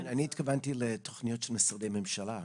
--- אבל אני התכוונתי לתוכניות של משרדי הממשלה,